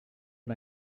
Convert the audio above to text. but